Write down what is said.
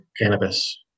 cannabis